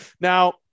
Now